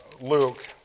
Luke